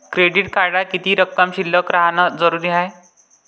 Credit कार्डात किती रक्कम शिल्लक राहानं जरुरी हाय?